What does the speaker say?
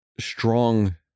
strong